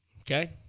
Okay